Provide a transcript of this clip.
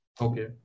Okay